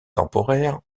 temporaires